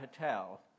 hotel